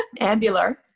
Ambular